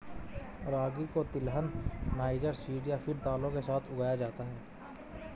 रागी को तिलहन, niger seed या फिर दालों के साथ उगाया जाता है